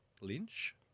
Lynch